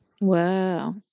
Wow